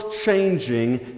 changing